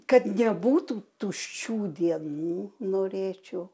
kad nebūtų tuščių dienų norėčiau